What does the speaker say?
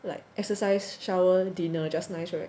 like exercise shower dinner just nice [right]